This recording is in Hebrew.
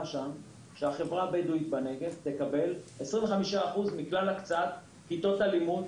שהחברה הבדואית בנגב תקבל 25% מכלל הקצאת כיתות הלימוד